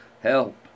Help